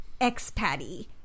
expatty